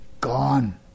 gone